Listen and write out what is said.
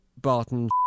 barton